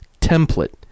template